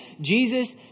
Jesus